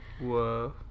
whoa